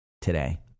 today